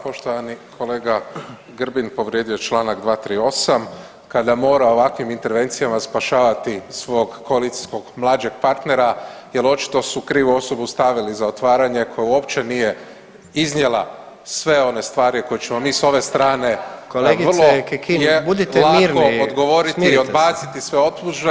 Poštovani kolega Grbin povrijedio je čl. 238. kada mora ovakvim intervencijama spašavati svog koalicijskog mlađeg partnera jel očito su krivu osobu stavili za otvaranje koja uopće nije iznijela sve one stvari koje ćemo mi s ove strane vrlo lako odgovoriti i odbaciti sve optužbe…